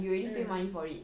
mm